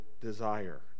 desire